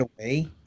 away